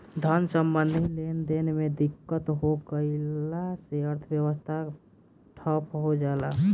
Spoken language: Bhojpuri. धन सम्बन्धी लेनदेन में दिक्कत हो गइला से अर्थव्यवस्था ठप पर जला